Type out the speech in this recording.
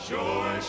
joy